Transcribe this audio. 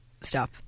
stop